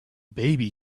baby